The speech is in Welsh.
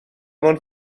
mewn